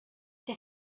der